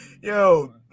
Yo